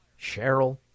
Cheryl